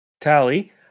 Tally